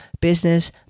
Business